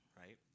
right